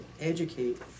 educate